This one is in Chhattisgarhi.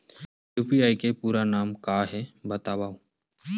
यू.पी.आई के पूरा नाम का हे बतावव?